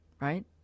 Right